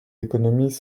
économies